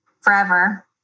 forever